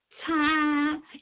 Time